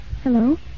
Hello